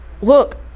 look